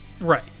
Right